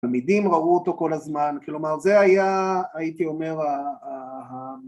תלמידים ראו אותו כל הזמן, כלומר זה היה הייתי אומר